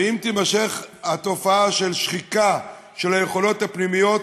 ואם תימשך התופעה של שחיקה של היכולות הפנימיות,